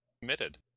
committed